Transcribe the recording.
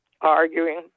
arguing